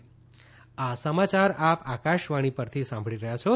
corona appeal આ સમાચાર આપ આકાશવાણી પરથી સાંભળી રહ્યા છો